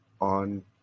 on